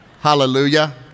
Hallelujah